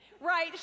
right